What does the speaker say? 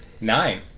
Nine